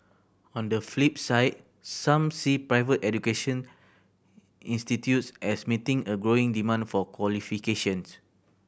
on the flip side some see private education institutes as meeting a growing demand for qualifications